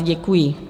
Děkuji.